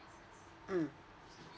mm